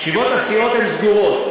ישיבות הסיעות הן סגורות.